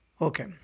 Okay